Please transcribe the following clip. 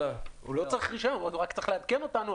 הוא לא צריך רישיון, הוא רק צריך לעדכן אותנו.